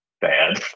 bad